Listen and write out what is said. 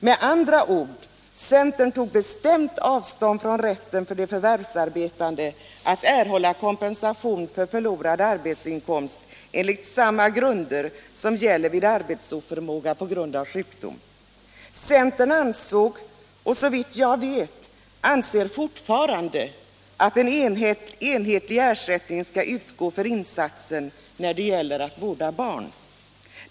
Centern tog med andra ord bestämt avstånd från rätten för de förvärvsarbetande att erhålla kompensation för förlorad arbetsinkomst enligt samma grunder som gäller vid arbetsoförmåga på grund av sjukdom. Centern ansåg — och anser fortfarande, såvitt jag vet — att en enhetlig ersättning skall utgå för insatsen att vårda barn.